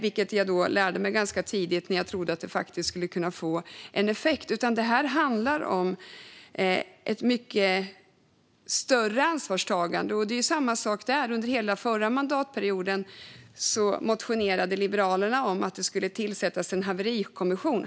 Det lärde jag mig ganska tidigt efter att ha trott att det faktiskt skulle kunna få effekt. Detta handlar om ett mycket större ansvarstagande. Det är samma sak där: Under hela förra mandatperioden motionerade Liberalerna om att det skulle tillsättas en haverikommission.